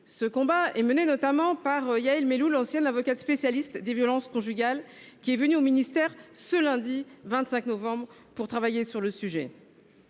Ce combat est notamment mené par Yael Mellul, ancienne avocate spécialiste des violences conjugales, qui est venue au ministère ce lundi 25 novembre pour travailler sur le sujet.